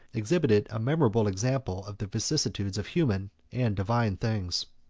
exhibited a memorable example of the vicissitudes of human and divine things.